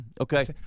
Okay